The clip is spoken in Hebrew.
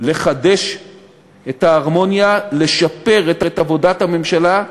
לחדש את ההרמוניה, לשפר את עבודת הממשלה,